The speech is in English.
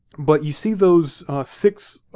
but you see those six